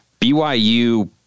BYU